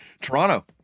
Toronto